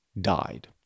died